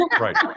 right